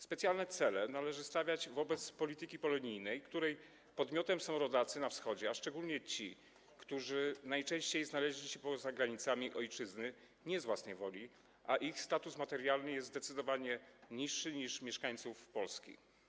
Specjalne cele należy stawiać w przypadku polityki polonijnej, której podmiotem są rodacy na Wschodzie, szczególnie ci, którzy najczęściej znaleźli się poza granicami ojczyzny nie z własnej woli, a ich status materialny jest zdecydowanie niższy niż mieszkańców Polski.